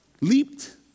leaped